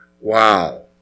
Wow